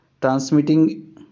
transmitting